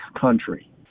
country